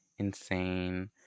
insane